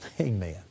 Amen